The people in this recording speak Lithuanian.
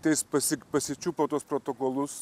tai jis pasi pasičiupo tuos protokolus